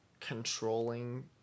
controlling